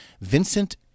Vincent